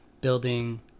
building